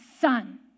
son